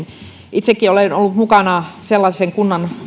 itsekin olen ollut mukana sellaisen kunnan